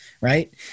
Right